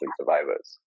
survivors